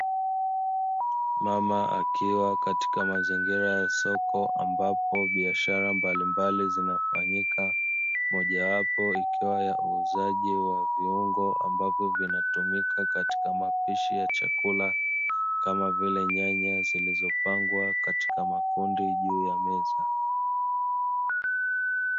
Mama akiwa katika mazingira ya soko ambapo biashara mbalimbali zinafanyika, mojawapo ikiwa ya uuzaji wa viungo ambavyo vinatumika katika mapishi ya chakula kama vile nyanya zilizopangwa katika makundi juu ya meza.